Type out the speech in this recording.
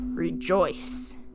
Rejoice